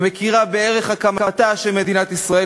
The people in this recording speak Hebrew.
המכירה בערך הקמתה של מדינת ישראל,